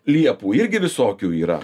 liepų irgi visokių yra